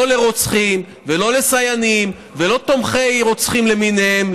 לא לרוצחים ולא לסייענים ולא לתומכי רוצחים למיניהם,